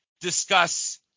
discuss